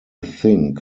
think